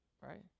Right